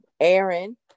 Aaron